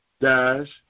dash